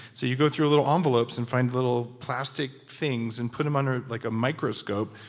so you go through little envelopes and find little plastic things and put them under. like a microscope,